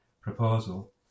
proposal